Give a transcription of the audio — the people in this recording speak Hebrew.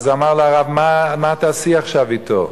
אמר לה הרב: מה תעשי עכשיו אתו?